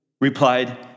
replied